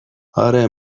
آره